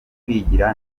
kwigira